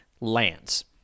lands